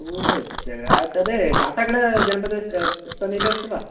ओ अच्चगा तदे काटागडजनपद समीपे अस्ति वा